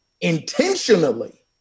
intentionally